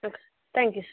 okay thank you sir